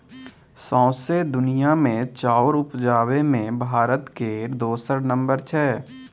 सौंसे दुनिया मे चाउर उपजाबे मे भारत केर दोसर नम्बर छै